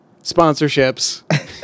sponsorships